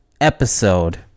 episode